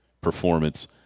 performance